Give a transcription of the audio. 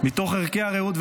-- מתוך ערכי הרעות,